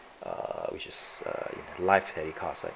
uh which is a live telecast leh